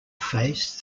face